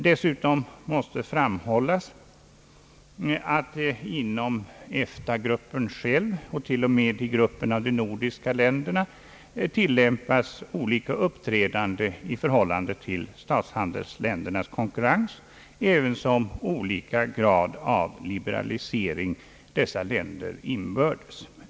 Dessutom måste framhållas att inom EFTA-gruppen själv och t.o.m. inom gruppen av nordiska länder tillämpas olika uppträdande i förhållande till statshandelsländernas konkurrens, ävensom olika grad av liberalisering dessa länder inbördes.